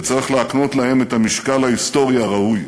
וצריך להקנות להן את המשקל ההיסטורי הראוי.